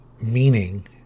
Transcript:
meaning